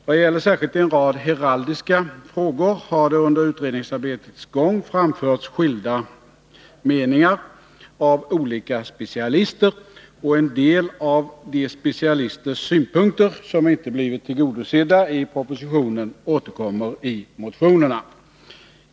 Vad gäller särskilt en rad heraldiska frågor har det under utredningsarbetets gång framförts skilda meningar av olika specialister, och en del av dessa specialisters synpunkter, som inte har blivit tillgodosedda i propositionen, återkommer i motionerna.